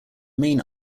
main